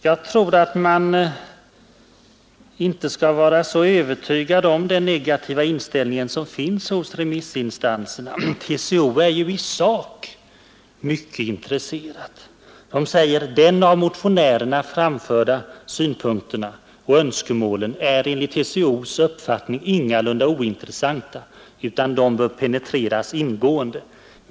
Man bör inte vara så övertygad om att remissinstanserna har en negativ inställning. TCO är ju i sak mycket intresserad och säger: ”De av motionärerna framförda synpunkterna och önskemålen är enligt TCO:s uppfattning ingalunda ointressanta utan de bör penetreras ingående.